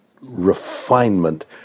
refinement